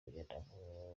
gufatanya